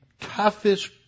toughest